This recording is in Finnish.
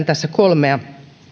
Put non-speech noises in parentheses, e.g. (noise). (unintelligible) tässä kolmea